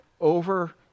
over